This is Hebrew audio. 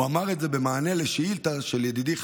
הוא אמר את זה במענה לשאילתה של ידידי,